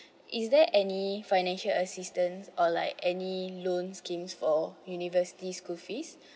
is there any financial assistance or like any loan scheme for university school fees